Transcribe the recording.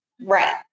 Right